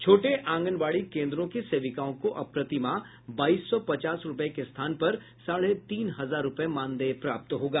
छोटे आंगनबाड़ी केन्द्रों की सेविकाओं को अब प्रतिमाह बाईस सौ पचास रूपये के स्थान पर साढ़े तीन हजार रूपये मानदेय प्राप्त होगा